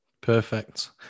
Perfect